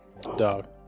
Dog